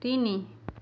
ତିନି